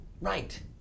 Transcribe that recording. Right